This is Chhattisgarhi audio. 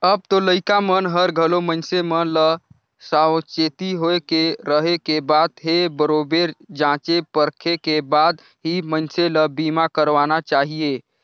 अब तो लइका मन हर घलो मइनसे मन ल सावाचेती होय के रहें के बात हे बरोबर जॉचे परखे के बाद ही मइनसे ल बीमा करवाना चाहिये